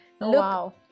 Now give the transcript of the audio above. Wow